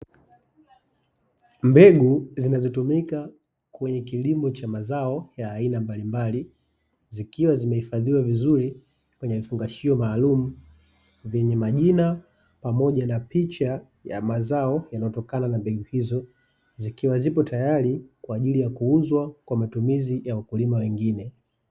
Mbegu zinazotumika kwenye kilimo cha mazao ya aina mbalimbali, zikiwa zimehifadhiwa vizuri kwenye vifungashio maalumu, vyenye majina pamoja na picha ya mazao yanayotokana mbegu hizo, zikiwa zipo tayari kwa ajili ya kuuzwa kwa matumizi ya wakulima wengine.